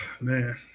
Man